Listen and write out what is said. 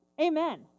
Amen